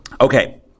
Okay